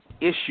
issue